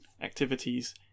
activities